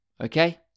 Okay